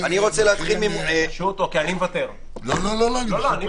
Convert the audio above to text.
קרובות דבר והיפוכו.